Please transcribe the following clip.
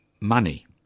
money